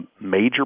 major